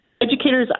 educators